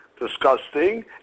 disgusting